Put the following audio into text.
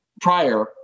prior